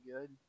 good